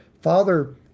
Father